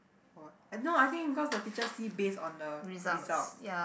or what uh no I think because the teacher see based on the results